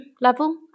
level